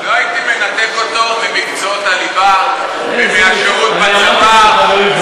לא הייתי מנתק אותו ממקצועות הליבה ומהשירות בצבא,